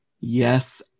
yes